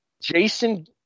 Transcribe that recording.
Jason